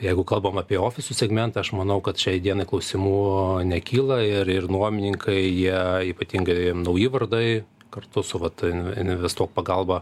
jeigu kalbam apie ofisų segmentą aš manau kad šiai dienai klausimų nekyla ir ir nuomininkai jie ypatingai nauji vardai kartu su vat investuok pagalba